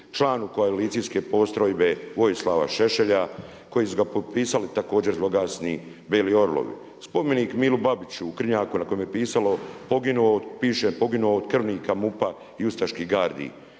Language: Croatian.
članu Koalicijske postrojbe Vojislava Šešelja koji su ga potpisali također zloglasni „Beli orlovi“. Spomenik Mili Babiću u Krnjaku na kojem je pisalo poginuo, piše poginuo od krvnika MUP-a i ustaških gardi.